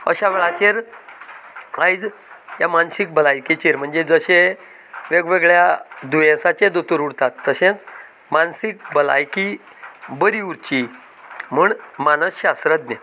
अश्या वेळाचेर आयज ह्या मानसीक भलायकीचेर म्हणजे जशें वेगवेगळ्यां दुयेंसांचेर दोतोर उरतात तशेंच मानसीक भलायकी बरी उरची म्हण मानस शास्रज्ञ